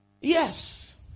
Yes